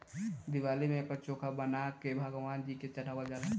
दिवाली में एकर चोखा बना के भगवान जी चढ़ावल जाला